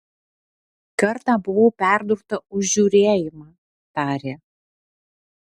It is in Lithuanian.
kartą buvau perdurta už žiūrėjimą tarė